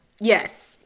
yes